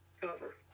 Cover